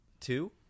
Two